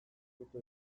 dute